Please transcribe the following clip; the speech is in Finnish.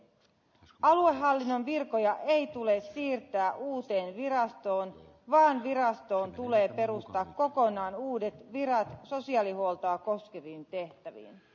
jos koulun hallinnon virkoja ei tule siirtää uuteen virastoon tai virastoon tulee peruuttaa kokonaan uudet virat sosiaalihuoltoa koskeviin varapuhemies